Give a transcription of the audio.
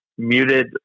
Muted